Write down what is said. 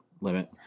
limit